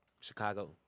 Chicago